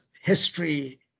history